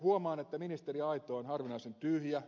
huomaan että ministeriaitio on harvinaisen tyhjä